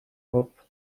hope